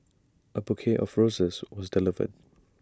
A bouquet of roses was delivered